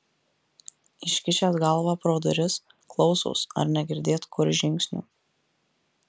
iškišęs galvą pro duris klausos ar negirdėt kur žingsnių